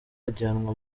ajyanwa